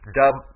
dub